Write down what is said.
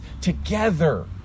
together